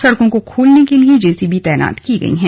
सड़कों को खोलने के लिए जेसीबी तैनात किये गए हैं